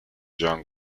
john